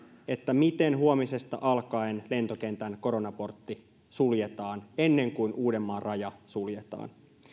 miten huomisesta alkaen lentokentän koronaportti suljetaan ennen kuin uudenmaan raja suljetaan